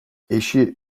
eşi